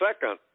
second